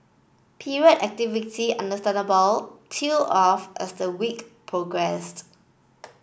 period activity understandably tailed off as the week progressed